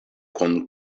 kun